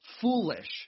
foolish